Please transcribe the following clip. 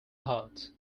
heart